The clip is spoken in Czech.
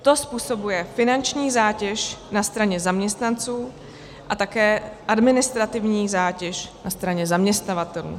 To způsobuje finanční zátěž na straně zaměstnanců a také administrativní zátěž na straně zaměstnavatelů.